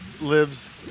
lives